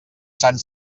sant